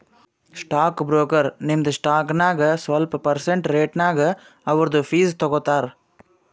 stock broker ನಿಮ್ದು stock ನಾಗ್ ಸ್ವಲ್ಪ ಪರ್ಸೆಂಟ್ ರೇಟ್ನಾಗ್ ಅವ್ರದು ಫೀಸ್ ತಗೋತಾರ